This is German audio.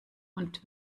und